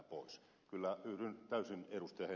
kyllä yhdyn täysin ed